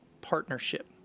partnership